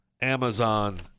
Amazon